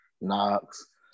Knox